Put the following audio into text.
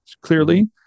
clearly